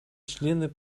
члены